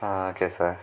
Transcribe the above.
okay sir